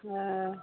ओ